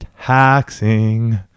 taxing